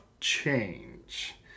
change